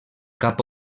cap